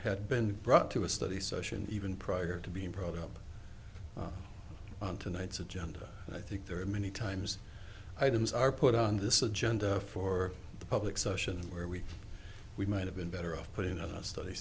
had been brought to a study session even prior to being brought up on tonight's agenda and i think there are many times items are put on this agenda for the public session where we we might have been better off putting another study